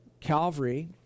Calvary